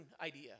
idea